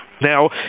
Now